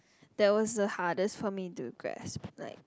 that was the hardest for me to grasp like